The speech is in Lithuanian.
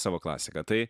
savo klasiką tai